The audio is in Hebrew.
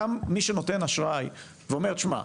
גם מי שנותן אשראי ואומר תשמע,